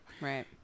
Right